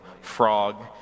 frog